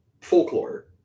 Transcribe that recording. folklore